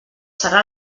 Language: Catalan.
serà